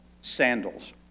sandals